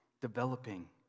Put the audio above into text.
developing